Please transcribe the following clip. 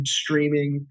streaming